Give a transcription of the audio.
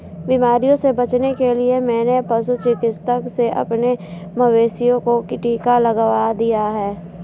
बीमारियों से बचने के लिए मैंने पशु चिकित्सक से अपने मवेशियों को टिका लगवा दिया है